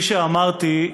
כפי שאמרתי,